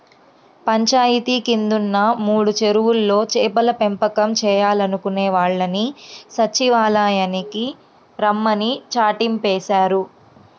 పంచాయితీ కిందున్న మూడు చెరువుల్లో చేపల పెంపకం చేయాలనుకునే వాళ్ళని సచ్చివాలయానికి రమ్మని చాటింపేశారు